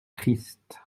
triste